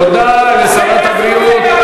תודה לשרת הבריאות,